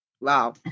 Wow